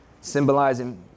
symbolizing